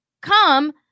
come